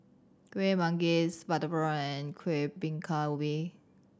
Kueh Manggis butter prawn and Kuih Bingka Ubi